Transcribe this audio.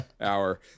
hour